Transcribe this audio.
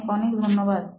অনেক অনেক ধন্যবাদ